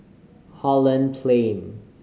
Holland Plain